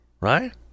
right